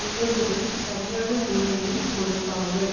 உணவுகள் சரியான முறையில் கொடுப்பார்கள்